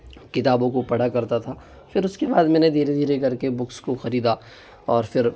किताबों को पढ़ा करता था फिर उसके बाद मैंने धीरे धीरे करके बुक्स को खरीदा और फिर